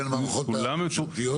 בין המערכות הממשלתיות?